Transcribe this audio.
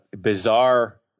bizarre